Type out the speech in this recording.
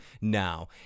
now